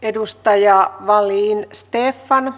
edustaja wallin stefano